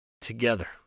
together